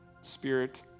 Spirit